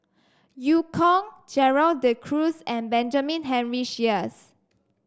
Eu Kong Gerald De Cruz and Benjamin Henry Sheares